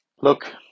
Look